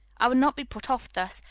i would not be put off thus,